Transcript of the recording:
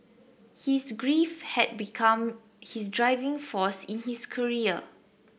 his grief had become his driving force in his career